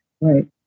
Right